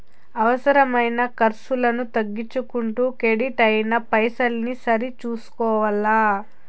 అవసరమైన కర్సులను తగ్గించుకుంటూ కెడిట్ అయిన పైసల్ని సరి సూసుకోవల్ల